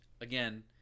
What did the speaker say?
again—